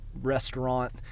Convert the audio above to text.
restaurant